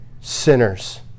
Sinners